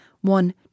one